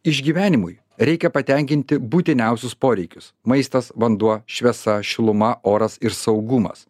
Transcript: išgyvenimui reikia patenkinti būtiniausius poreikius maistas vanduo šviesa šiluma oras ir saugumas